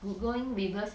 we're going reverse